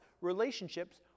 relationships